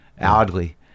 Oddly